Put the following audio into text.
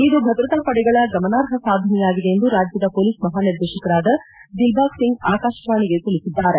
ಇದು ಭದ್ರತಾಪಡೆಗಳ ಗಮನಾರ್ಹ ಸಾಧನೆಯಾಗಿದೆ ಎಂದು ರಾಜ್ಯದ ಪೊಲೀಸ್ ಮಹಾನಿರ್ದೇಶಕರಾದ ದಿಲ್ಭಾಗ್ಸಿಂಗ್ ಆಕಾಶವಾಣಿಗೆ ತಿಳಿಸಿದ್ದಾರೆ